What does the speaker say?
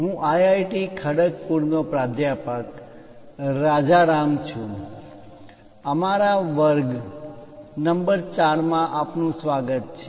હું આઈઆઈટી ખડગપુર નો પ્રાધ્યાપક રાજારામ રાજારામ છું અમારા વર્ગ વ્યાખ્યાન નંબર 4 માં આપનું સ્વાગત છે